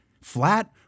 flat